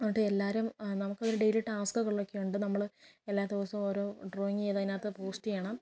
അവിടെ എല്ലാവരും നമുക്കൊരു ഡെയിലി ടാസ്കുകളൊക്കെ ഉണ്ട് നമ്മൾ എല്ലാ ദിവസോം ഓരോ ഡ്രോയിങ് ചെയ്ത് അതിനകത്ത് പോസ്റ്റ് ചെയ്യണം